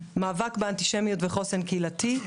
מאבק באנטישמיות וחוסן קהילתי,